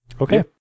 Okay